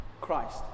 Christ